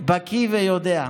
בקי ויודע.